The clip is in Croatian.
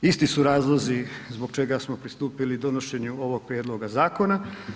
Isti su razlozi zbog čega smo pristupili donošenju ovog prijedloga zakona.